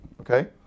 Okay